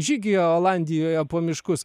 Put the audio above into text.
žygyje olandijoje po miškus